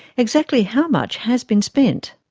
exactly how much has been spent?